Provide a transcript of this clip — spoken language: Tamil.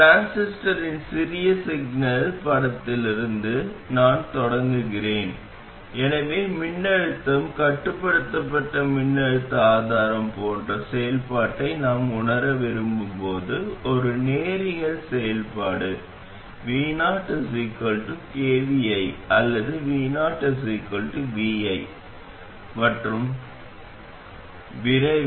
டிரான்சிஸ்டரின் சிறிய சிக்னல் படத்தில் இருந்து நான் தொடங்குகிறேன் எனவே மின்னழுத்தம் கட்டுப்படுத்தப்பட்ட மின்னழுத்த ஆதாரம் போன்ற செயல்பாட்டை நாம் உணர விரும்பும் போது ஒரு நேரியல் செயல்பாடு vokvi அல்லது vovi மற்றும் விரைவில்